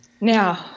now